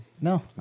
No